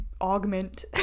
augment